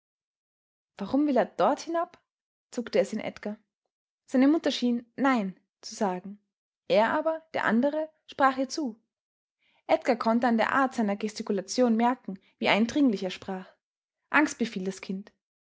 warum will er dort hinab zuckte es in edgar seine mutter schien nein zu sagen er aber der andere sprach ihr zu edgar konnte an der art seiner gestikulation merken wie eindringlich er sprach angst befiel das kind